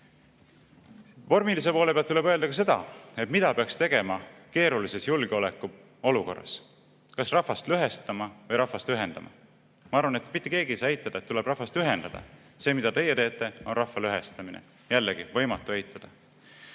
Vormilise poole pealt tuleb öelda ka seda, et mida peaks tegema keerulises julgeolekuolukorras: kas rahvast lõhestama või rahvast ühendama? Ma arvan, et mitte keegi ei saa eitada, et tuleb rahvast ühendada. See, mida teie teete, on rahva lõhestamine. Jällegi võimatu eitada.